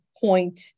point